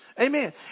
Amen